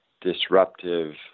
disruptive